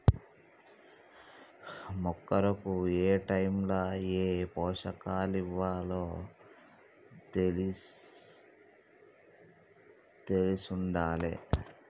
మొక్కలకు ఏటైముల ఏ పోషకాలివ్వాలో తెలిశుండాలే